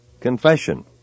confession